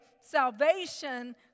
salvation